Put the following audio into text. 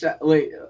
Wait